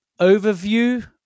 overview